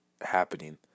happening